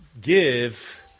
give